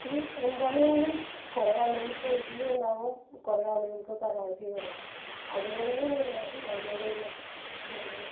അതില് എന്തായാലും കുറെ ആളുകൾക്ക് വിജയമുണ്ടാകും കുറെ ആളുകൾക്ക് പരാജയവും ഉണ്ടാവും അത്കൊണ്ട് തന്നെ നമ്മളൊരു